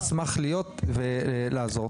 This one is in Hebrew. אשמח להשתתף ולעזור.